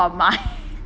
ஆமா:aama